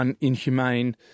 inhumane